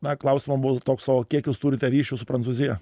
na klausimai buvo toks o kiek jūs turite ryšių su prancūzija